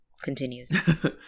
continues